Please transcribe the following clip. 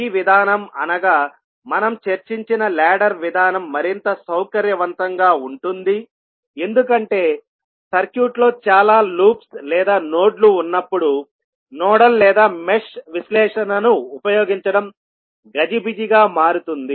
ఈ విధానంఅనగా మనం చర్చించిన లాడర్ విధానం మరింత సౌకర్యవంతంగా ఉంటుంది ఎందుకంటే సర్క్యూట్లో చాలా లూప్స్ లేదా నోడ్లు ఉన్నప్పుడు నోడల్ లేదా మెష్ విశ్లేషణను ఉపయోగించడం గజిబిజిగా మారుతుంది